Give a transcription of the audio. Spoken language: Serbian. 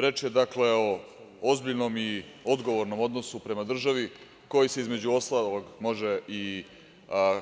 Reč je o ozbiljnom i odgovornom odnosu prema državi, koji se, između ostalog, može i